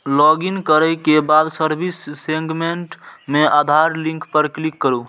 login करै के बाद सर्विस सेगमेंट मे आधार लिंक पर क्लिक करू